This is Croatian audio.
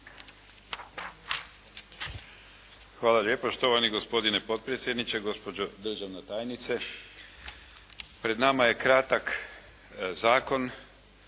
Hvala lijepa. Štovani gospodine potpredsjedniče, gospođo državna tajnice. Pred nama je kratak zakon